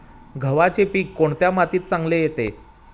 गव्हाचे पीक कोणत्या मातीत चांगले येते?